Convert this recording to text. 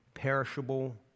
perishable